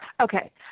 Okay